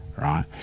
Right